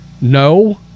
No